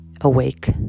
awake